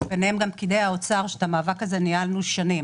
וביניהם גם פקידי האוצר שאת המאבק הזה ניהלנו שנים.